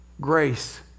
Grace